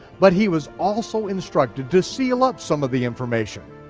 but he was also instructed to seal up some of the information.